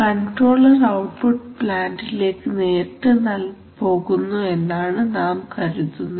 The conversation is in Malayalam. കൺട്രോളർ ഔട്ട്പുട്ട് പ്ലാന്റിലേക്ക് നേരിട്ട് പോകുന്നു എന്നാണ് നാം കരുതുന്നത്